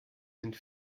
sind